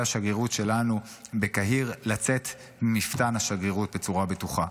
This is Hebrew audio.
השגרירות שלנו בקהיר לצאת ממפתן השגרירות בצורה בטוחה.